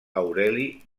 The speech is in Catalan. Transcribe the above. aureli